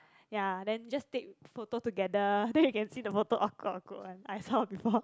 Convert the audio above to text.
ya then just take photo together then you can see the photo awkward awkward one I saw before